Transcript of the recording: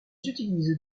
utilisent